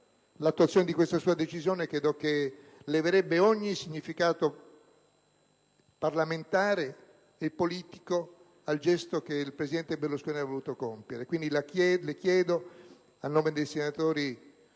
l'attuazione di tale decisione credo leverebbe ogni significato parlamentare e politico al gesto che il presidente Berlusconi ha voluto compiere. Le chiedo quindi, anche a nome dei senatori